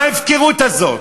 מה ההפקרות הזאת?